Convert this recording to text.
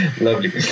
Lovely